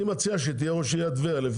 אני מציע שתהיה ראש עיריית טבריה,